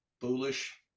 foolish